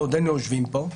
בעודנו יושבים פה,